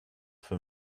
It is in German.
für